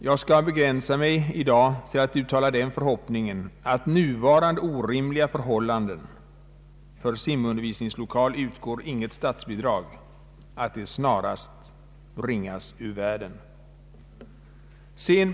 Jag skall i dag begränsa mig till att uttala förhoppningen att nuvarande orimliga förhållande, att inget statsbidrag utgår till simundervisningslokaler, snarast skall bringas ur världen.